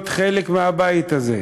להיות חלק מהבית הזה.